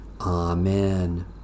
Amen